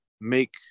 make